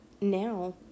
now